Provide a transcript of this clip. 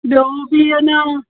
ॿियो बि अञा